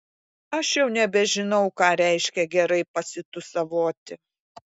aš jau nebežinau ką reiškia gerai pasitūsavoti